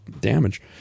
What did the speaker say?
damage